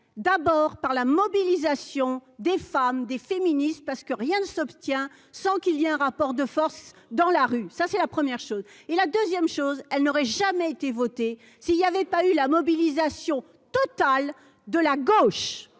d'abord par la mobilisation des femmes, des féministes, parce que rien ne s'obtient sans qu'il y a un rapport de force dans la rue, ça c'est la première chose et la 2ème chose, elle n'aurait jamais été voter s'il y avait pas eu la mobilisation totale de la gauche,